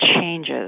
changes